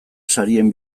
sarien